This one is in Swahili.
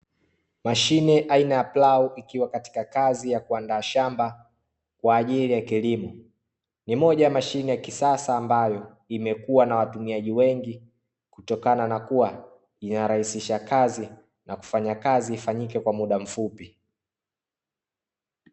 Mashine aina ya plau ikiwa katika kazi ya kuandaa shamba kwa ajili ya kilimo. Ni moja ya mashine ya kisasa ambayo imekuwa na watumiaji wengi kutokana na kuwa na inarahisisha kazi na kufanya kazi ifanyike kwa muda mfupi.